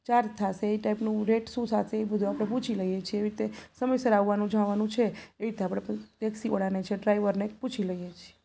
charge થશે એ ટાઈપનું રેટ શું થશે એ બધું આપણે પૂછી લઈએ છીએ એવી રીતે સમયસર આવવાનું જવાનું છે એવી રીતે પણ ટેક્સીવાળાને છે ડ્રાઇવરને પૂછી લઈએ છીએ